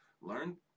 Learn